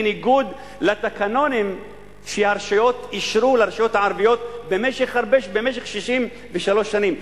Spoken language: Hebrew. בניגוד לתקנונים שהרשויות אישרו לרשויות הערביות במשך 63 שנים,